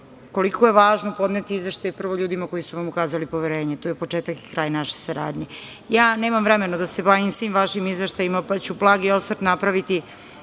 koliko je važno podneti izveštaj prvo ljudima koji su nam ukazali poverenje, to je početak i kraj naše saradnje. Nemam vremena da se bavim svim vašim izveštajima, pa ću blagi osvrti napraviti